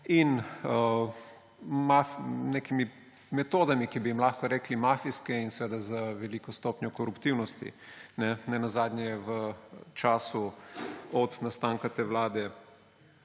in nekimi metodami, ki bi jim lahko rekli mafijske, in seveda z veliko stopnjo koruptivnosti. Nenazadnje je v času od nastanka te vlade